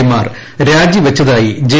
A മാർ രാജിവെച്ചതായി J